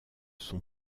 son